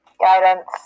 Guidance